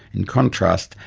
in contrast,